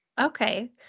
Okay